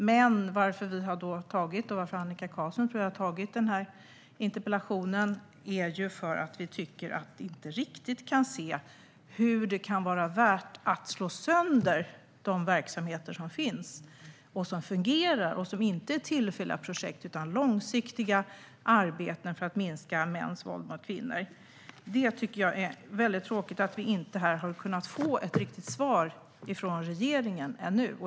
Men anledningen till att Annika Qarlsson har framställt den här interpellationen är att vi inte riktigt kan se att det är värt att slå sönder de verksamheter som finns, som fungerar och som inte är tillfälliga projekt. Det behövs långsiktiga arbeten för att minska mäns våld mot kvinnor. Det är väldigt tråkigt att vi ännu inte här har kunnat få ett svar från regeringen.